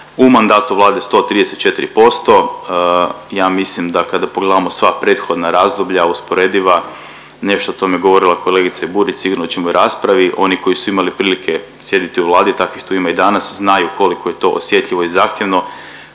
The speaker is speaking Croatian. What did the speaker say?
u mandatu vlade 134%, ja mislim da kada pogledamo sva prethodna razdoblja usporediva nešto o tome je govorila i kolegica Burić, sigurno ćemo i u raspravi. Oni koji su imali prilike sjediti u Vladi takvih tu ima i danas, znaju koliko je to osjetljivo i zahtjevno,